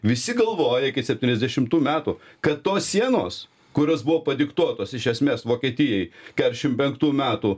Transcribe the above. visi galvoja iki septyniasdešimtų metų kad tos sienos kurios buvo padiktuotos iš esmės vokietijai keturiasdešimt penktų metų